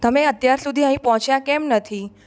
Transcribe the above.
તમે અત્યાર સુધી અહી પહોચ્યાં કેમ નથી